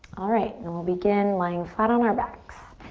alright, and then we'll begin lying flat on our backs.